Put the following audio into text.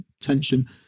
tension